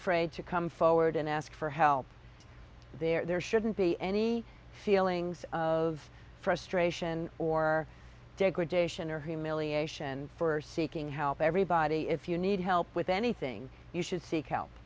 afraid to come forward and ask for help there shouldn't be any feelings of frustration or degradation or humiliation for seeking help everybody if you need help with anything you should seek help